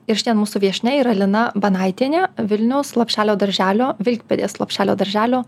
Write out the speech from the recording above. ir šiandien mūsų viešnia yra lina banaitienė vilniaus lopšelio darželio vilkpėdės lopšelio darželio